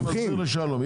לא, אני מסביר לשלום.